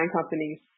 companies